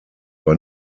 war